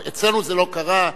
אצלנו זה לא קרה,